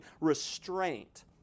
restraint